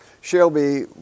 Shelby